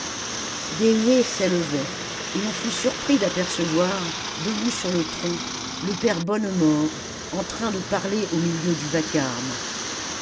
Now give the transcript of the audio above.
des huées s'élevaient et l'on fut surpris d'apercevoir debout sur le tronc le père bonnemort en train de parler au milieu du vacarme